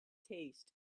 taste